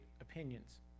opinions